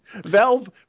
Valve